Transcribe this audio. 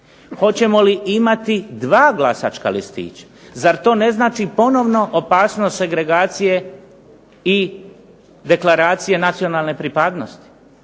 Hoćemo li imati dva glasačka listića, zar to ne znači ponovno opasnost segregacije i deklaracije nacionalne pripadnosti.